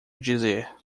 dizer